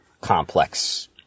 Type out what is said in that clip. complex